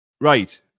Right